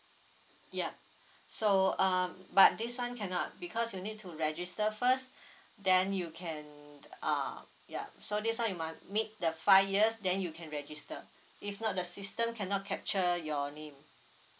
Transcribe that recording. yup so uh but this one cannot because you need to register first then you can uh yup so this time you must meet the five years then you can register if not the system cannot capture your name